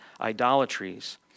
idolatries